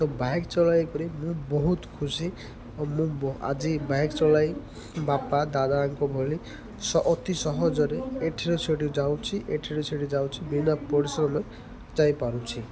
ତ ବାଇକ୍ ଚଳାଇ କରି ମୁଁ ବହୁତ ଖୁସି ଓ ମୁଁ ଆଜି ବାଇକ୍ ଚଳାଇ ବାପା ଦାଦାଙ୍କ ଭଳି ଅତି ସହଜରେ ଏଠିରେ ସେଠି ଯାଉଛି ଏଠିରେ ସେଠି ଯାଉଛି ବିନା ପରିଶ୍ରମରେ ଯାଇପାରୁଛି